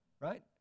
right